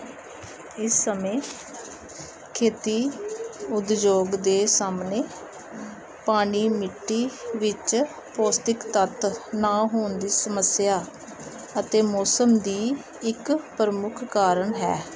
ਇਸ ਸਮੇਂ ਖੇਤੀ ਉਦਯੋਗ ਦੇ ਸਾਹਮਣੇ ਪਾਣੀ ਮਿੱਟੀ ਵਿੱਚ ਪੌਸ਼ਟਿਕ ਤੱਤ ਨਾ ਹੋਣ ਦੀ ਸਮੱਸਿਆ ਅਤੇ ਮੌਸਮ ਦੀ ਇੱਕ ਪ੍ਰਮੁੱਖ ਕਾਰਨ ਹੈ